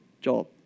job